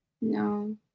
No